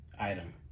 item